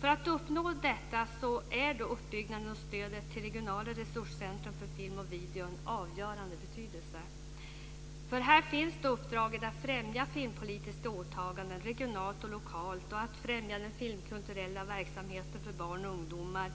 För att uppnå detta är uppbyggnaden och stödet till regionala resurscentrumen för film och video av avgörande betydelse. Här finns uppdraget att främja filmpolitiska åtaganden regionalt och lokalt och att främja den filmkulturella verksamheten för barn och ungdomar.